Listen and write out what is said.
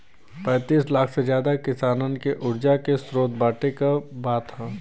पैंतीस लाख से जादा किसानन के उर्जा के स्रोत बाँटे क बात ह